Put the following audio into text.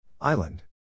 Island